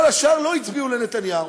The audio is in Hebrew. כל השאר לא הצביעו לנתניהו.